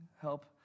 help